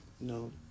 no